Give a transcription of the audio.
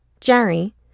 Jerry